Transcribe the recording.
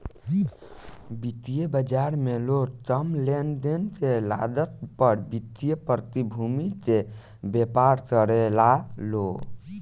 वित्तीय बाजार में लोग कम लेनदेन के लागत पर वित्तीय प्रतिभूति के व्यापार करेला लो